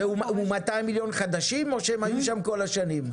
והוא 200 מיליון חדשים או שהם היו שם כל השנים?